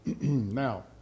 Now